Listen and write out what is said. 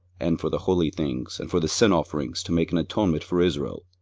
and for the holy things, and for the sin offerings to make an atonement for israel,